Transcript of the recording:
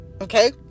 okay